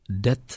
death